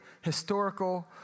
historical